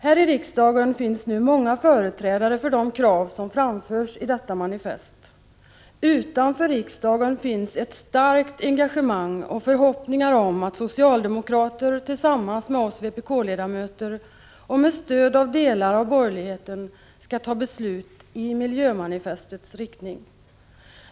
Häri riksdagen finns nu många företrädare för de krav som framförs i detta manifest. Utanför riksdagen finns ett starkt engagemang och förhoppningar om att socialdemokrater tillsammans med oss vpk-ledamöter och med stöd av delar av borgerligheten skall ta beslut i miljömanifestets riktning.